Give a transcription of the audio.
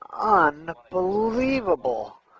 unbelievable